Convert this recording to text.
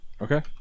Okay